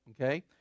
Okay